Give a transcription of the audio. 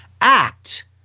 act